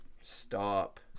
Stop